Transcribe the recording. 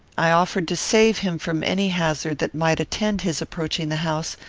i offered to save him from any hazard that might attend his approaching the house,